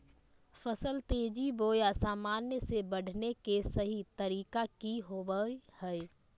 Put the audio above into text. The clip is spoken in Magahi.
फसल तेजी बोया सामान्य से बढने के सहि तरीका कि होवय हैय?